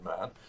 man